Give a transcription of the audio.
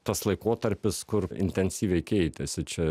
tas laikotarpis kur intensyviai keitėsi čia